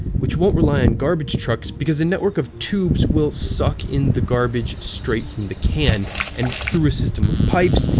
which won't rely on garbage trucks, because a network of tubes will suck in the garbage straight from the can and through a system of pipes,